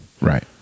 Right